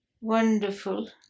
wonderful